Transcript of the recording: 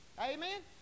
Amen